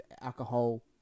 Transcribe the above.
alcohol